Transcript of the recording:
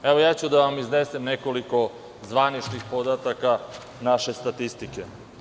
Ja ću da vam iznesem nekoliko zvaničnih podataka naše statistike.